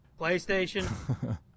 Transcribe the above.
PlayStation